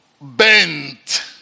bent